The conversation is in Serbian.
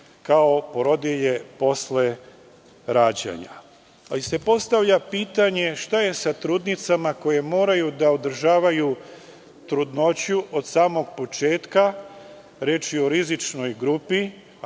kao porodilje posle rađanja. Postavlja se pitanje - šta je sa trudnicama koje moraju da održavaju trudnoću od samog početka, reč je o rizičnoj grupi,